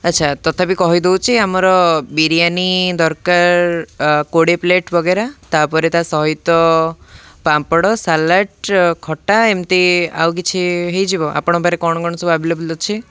ଆଚ୍ଛା ତଥାପି କହିଦଉଛି ଆମର ବିରିୟାନୀ ଦରକାର କୋଡ଼ିଏ ପ୍ଲେଟ୍ ବଗେରା ତା'ପରେ ତା ସହିତ ପାମ୍ପଡ଼ ସାଲାଡ଼୍ ଖଟା ଏମିତି ଆଉ କିଛି ହେଇଯିବ ଆପଣଙ୍କ ପାଖରେ କ'ଣ କ'ଣ ସବୁ ଆଭେଲେବୁଲ୍ ଅଛି